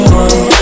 one